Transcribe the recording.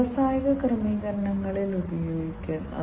വ്യാവസായിക ഐഒടിക്ക് ചില പ്രത്യേക ആവശ്യകതകൾ ഉണ്ട്